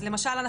למשל,